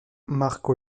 marco